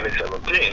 2017